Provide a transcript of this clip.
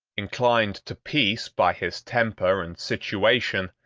inclined to peace by his temper and situation,